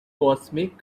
cosmic